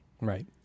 right